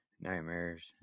nightmares